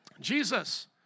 Jesus